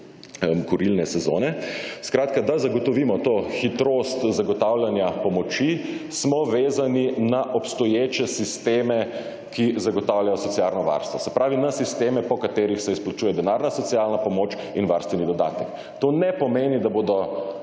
kurilne sezone. Skratka, da zagotovimo to hitrost zagotavljanja pomoči smo vezani na obstoječe sisteme, ki zagotavljajo socialno varstvo, se pravi na sisteme po katerih se izplačuje denarna socialna pomoč in varstveni dodatek. To ne pomeni, da bodo